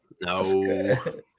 No